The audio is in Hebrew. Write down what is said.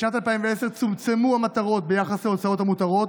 בשנת 2010 צומצמו המותרות ביחס להוצאות המותרות,